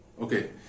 okay